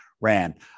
ran